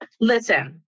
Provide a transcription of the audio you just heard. Listen